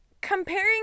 comparing